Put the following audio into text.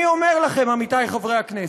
אני אומר לכם, עמיתי חברי הכנסת: